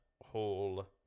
whole